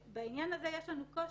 בעניין הזה יש לנו קושי,